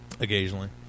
Occasionally